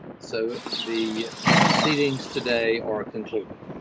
so the proceedings today are concluded.